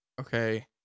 Okay